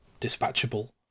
dispatchable